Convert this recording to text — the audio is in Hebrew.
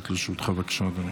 לרשותך, בבקשה.